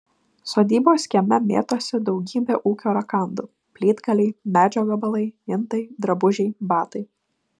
sodybos kieme mėtosi daugybė ūkio rakandų plytgaliai medžio gabalai indai drabužiai batai